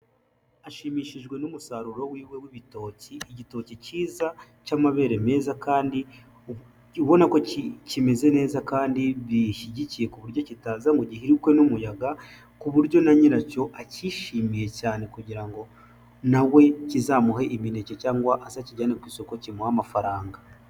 Ashimishijwe n'umusaruro wiwe w'ibitoki, igitoki cyiza cy'amabere meza kandi ubona ko kimeze neza kandi bishyigikiye ku buryo kitaza ngo gihirukwe n'umuyaga, ku buryo na nyiracyo acyishimiye cyane kugira ngo na we kizamuhe imineke cyangwa azakijyane ku isoko kimuha amafaranga.